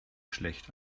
schlecht